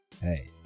Hey